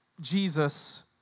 Jesus